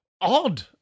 Odd